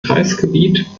kreisgebiet